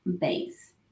base